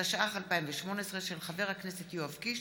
התשע"ח 2018, של חבר הכנסת יואב קיש